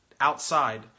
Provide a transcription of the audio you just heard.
outside